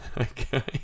Okay